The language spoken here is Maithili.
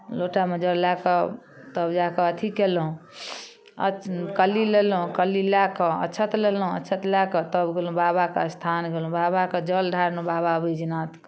लोटामे जल लए कऽ तब जा कऽ अथि कयलहुँ कली लेलहुँ कली लए कऽ अक्षत लेलहुँ अक्षत लए कऽ तब गेलहुँ बाबाके स्थान गेलहुँ बाबाके जल ढारलहुँ बाबा बैजनाथ